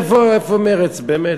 איפה מרצ באמת?